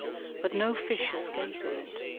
but no fish escape in it,